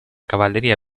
cavalleria